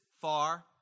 far